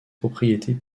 propriétés